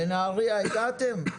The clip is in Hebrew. לנהריה הגעתם?